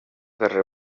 darrer